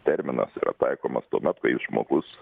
terminas yra taikomas tuomet kai žmogus